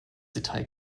detail